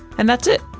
and that's it.